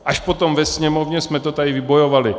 Až potom ve Sněmovně jsme to tady vybojovali.